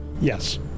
Yes